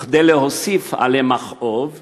וכדי להוסיף עלי מכאוב,